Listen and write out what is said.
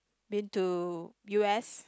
been to U_S